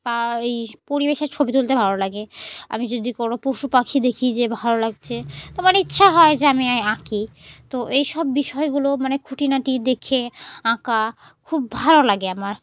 বা এই পরিবেশের ছবি তুলতে ভালো লাগে আমি যদি কোনো পশু পাখি দেখি যে ভালো লাগছে তো মানে ইচ্ছা হয় যে আমি এ আঁকি তো এই সব বিষয়গুলো মানে খুঁটিনটি দেখে আঁকা খুব ভালো লাগে আমার